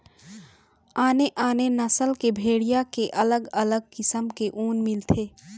आने आने नसल के भेड़िया के अलग अलग किसम के ऊन मिलथे